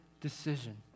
decision